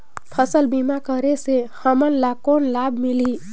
फसल बीमा करे से हमन ला कौन लाभ मिलही?